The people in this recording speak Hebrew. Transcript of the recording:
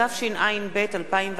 התשע”ב 2011,